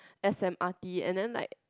S_M_R_T and then like